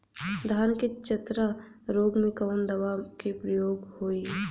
धान के चतरा रोग में कवन दवा के प्रयोग होई?